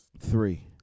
Three